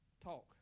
talk